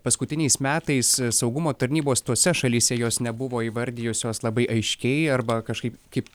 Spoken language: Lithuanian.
paskutiniais metais saugumo tarnybos tose šalyse jos nebuvo įvardijusios labai aiškiai arba kažkaip kaip